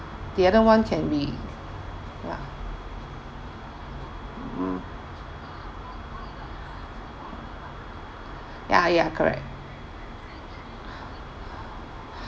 the other [one] can be ya ya ya correct